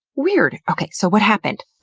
weird! okay so what happened?